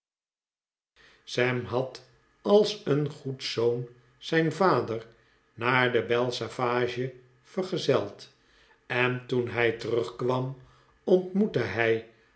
sam had als een goed zoon zijn vader naar de bell savage vergezeld en toen hij terugkwam ontmoette hij